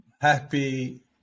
happy